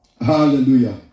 Hallelujah